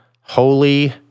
holy